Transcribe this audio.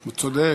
הוא צודק.